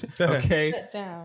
Okay